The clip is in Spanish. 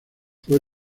fue